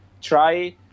try